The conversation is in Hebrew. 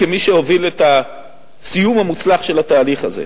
כמי שהוביל את הסיום המוצלח של התהליך הזה,